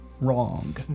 wrong